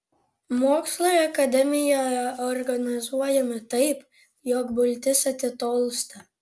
mokslai akademijoje organizuojami taip jog buitis atitolsta